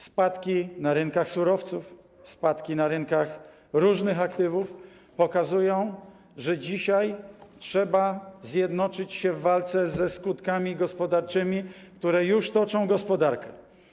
Spadki na rynkach surowców, spadki na rynkach różnych aktywów pokazują, że dzisiaj trzeba zjednoczyć się w walce ze skutkami gospodarczymi, które już toczą gospodarkę.